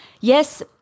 Yes